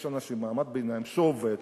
יש אנשים, מעמד ביניים, שעובד,